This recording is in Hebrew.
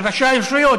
של ראשי הרשויות,